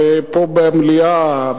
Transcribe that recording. פה במליאה,